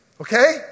Okay